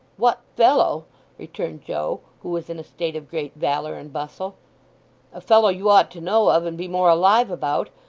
what fellow returned joe, who was in a state of great valour and bustle a fellow you ought to know of and be more alive about.